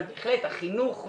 אבל החינוך חשוב.